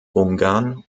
ungarn